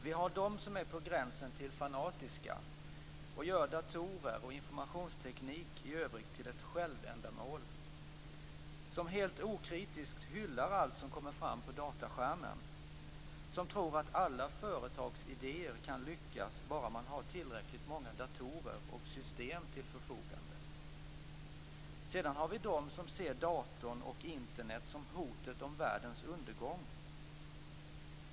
Vi har de som är på gränsen till fanatiska och gör datorer och informationsteknik i övrigt till ett självändamål, som helt okritiskt hyllar allt som kommer fram på dataskärmen och som tror att alla företagsidéer kan lyckas bara man har tillräckligt många datorer och system till förfogande. Sedan har vi de som ser datorn och Internet som hotet om världens undergång.